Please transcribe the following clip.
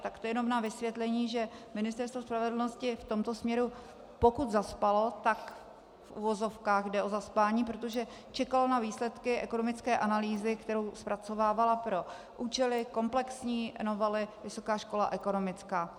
To jen na vysvětlení, že Ministerstvo spravedlnosti v tomto směru, pokud zaspalo, tak v uvozovkách jde o zaspání, protože čekalo na výsledky ekonomické analýzy, kterou zpracovávala pro účely komplexní novely Vysoká škola ekonomická.